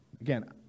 Again